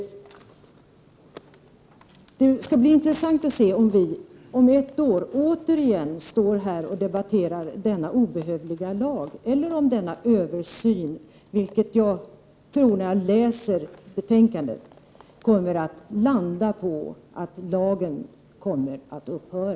Det skall bli intressant att se om vi om ett år åter står här och debatterar denna obehövliga lag, eller om denna översyn — vilket jag tror när jag läser betänkandet — kommer att leda till att lagen upphör.